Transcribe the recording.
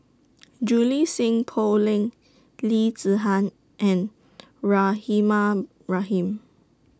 Julie Sng Poh Leng Lee Zihan and Rahimah Rahim